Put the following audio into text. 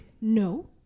no